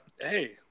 Hey